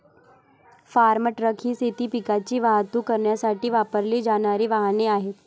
form truck ही शेती पिकांची वाहतूक करण्यासाठी वापरली जाणारी वाहने आहेत